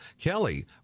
kelly